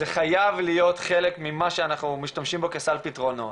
זה חייב להיות חלק ממה שאנחנו משתמשים בו כסל פתרונות.